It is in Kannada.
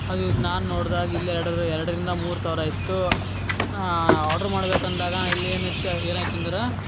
ಅದು ನಾನು ನೋಡ್ದಾಗ ಇಲ್ಲಿ ಎರ್ಡರ್ ಎರಡರಿಂದ ಮೂರು ಸಾವಿರ ಇತ್ತು ನಾ ಆರ್ಡ್ರು ಮಾಡಬೇಕಂದಾಗ ಇಲ್ಲೇನಿತ್ತು ಏನಾಯ್ತಂದ್ರೆ